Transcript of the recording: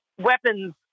weapons